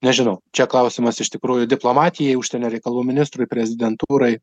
nežinau čia klausimas iš tikrųjų diplomatijai užsienio reikalų ministrui prezidentūrai